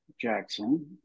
Jackson